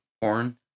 porn